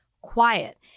quiet